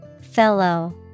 Fellow